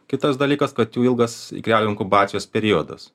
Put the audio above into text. kitas dalykas kad jų ilgas ikrelių inkubacijos periodas